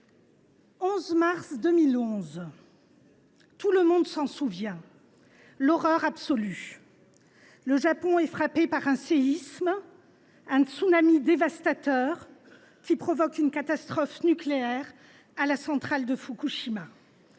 11 mars 2011 et de son horreur absolue. Le Japon est alors frappé par un séisme et un tsunami dévastateur, qui provoquent une catastrophe nucléaire à la centrale de Fukushima.